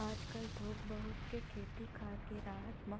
आजकल थोक बहुत के खेती खार के राहत म